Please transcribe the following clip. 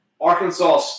Arkansas